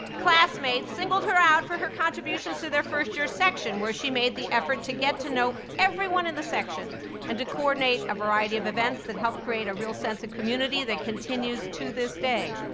classmates singled her out for her contributions to their first year section where she made the effort to get to know everyone of and the section and to coordinate a variety of events that helped create a real sense of community that continues to this day.